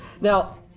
Now